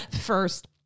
first